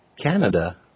Canada